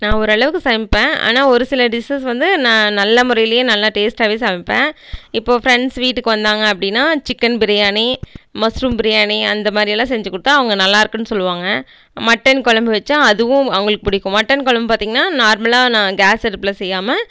நான் ஓரளவுக்கு சமைப்பேன் ஆனால் ஒரு சில டிஷ்ஷஸ் வந்து நான் நல்ல முறையிலயே நல்லா டேஸ்ட்டாகவே சமைப்பேன் இப்போ ஃப்ரெண்ட்ஸ் வீட்டுக்கு வந்தாங்க அப்படின்னா சிக்கன் பிரியாணி மஸ்ரூம் பிரியாணி அந்தமாரியெல்லாம் செஞ்சு கொடுத்தா அவங்க நல்லாருக்குன்னு சொல்லுவாங்க மட்டன் குழம்பு வச்சா அதுவும் அவங்களுக்கு பிடிக்கும் மட்டன் குழம்பு பார்த்திங்கனா நார்மலாக நான் கேஸ் அடுப்பில் செய்யாமல்